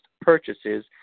purchases